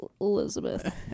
Elizabeth